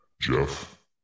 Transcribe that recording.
jeff